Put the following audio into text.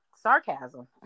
sarcasm